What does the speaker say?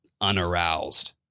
unaroused